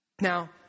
Now